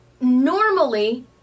normally